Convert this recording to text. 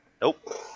Nope